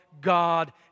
God